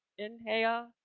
inhale,